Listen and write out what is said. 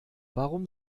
warum